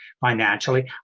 financially